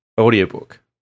audiobook